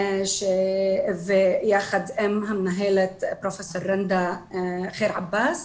ויחד עם המנהלת, פרופ' רנדה עבאס,